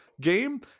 game